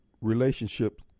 relationship